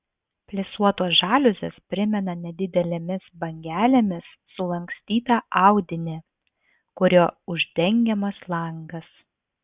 plisuotos žaliuzės primena nedidelėmis bangelėmis sulankstytą audinį kuriuo uždengiamas langas